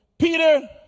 Peter